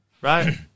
right